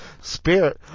spirit